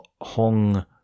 Hong